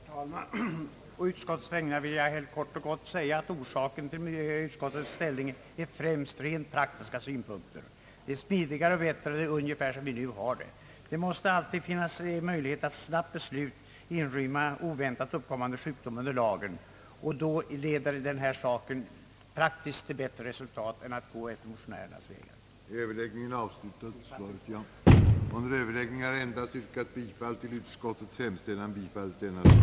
Herr talman! På utskottets vägnar vill jag helt kort och gott säga, att främst rent praktiska synpunkter avgjort utskottets ställningstagande. Det sätt utskottet förordar är smidigare och bättre än det nuvarande. Det måste alltid finnas möjlighet att genom ett snabbt beslut inrymma oväntat uppkommande sjukdom under lagen, och då leder det nya sättet praktiskt till ett bättre resultat än den väg motionären anvisat. Jag yrkar bifall till utskottets förslag.